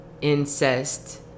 incest